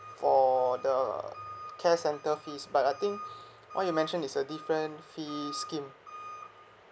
for the care centre fees but I think what you mention is a different fee scheme